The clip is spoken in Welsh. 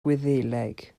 gwyddeleg